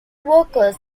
workers